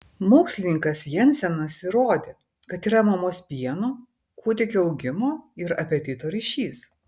mokslininkas jensenas įrodė kad yra mamos pieno kūdikio augimo ir apetito ryšys